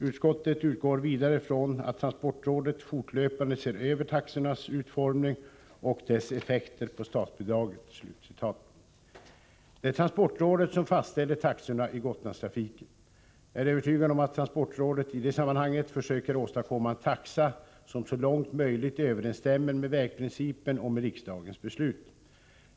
Utskottet utgår vidare från att transportrådet fortlöpande ser över taxornas utformning och dess effekter på statsbidraget.” Det är transportrådet som fastställer taxorna i Gotlandstrafiken. Jag är övertygad om att transportrådet i det sammanhanget försöker åstadkomma en taxa som så långt möjligt överensstämmer med vägprincipen och med riksdagens beslut.